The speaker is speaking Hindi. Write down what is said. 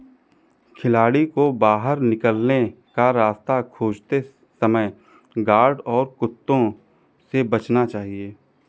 खिलाड़ी को बाहर निकलने का रास्ता खोजते समय गार्ड और कुत्तों से बचना चाहिए